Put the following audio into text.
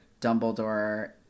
Dumbledore